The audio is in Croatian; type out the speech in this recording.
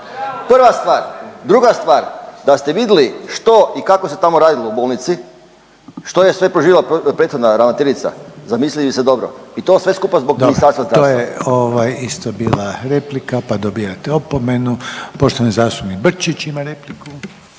Prva stvar. Druga stvar, da ste vidli što i kako se tamo radilo u bolnici, što je sve proživjela prethodna ravnateljica zamislili bi se dobro. I to sve skupa zbog Ministarstva zdravstva. **Reiner, Željko (HDZ)** Dobro, to je isto bila replika, pa dobivate opomenu. Poštovani zastupnik Brčić ima repliku.